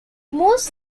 most